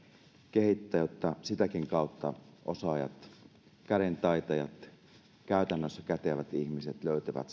kehittää jotta sitäkin kautta osaajat kädentaitajat käytännössä kätevät ihmiset löytävät